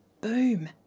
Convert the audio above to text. boom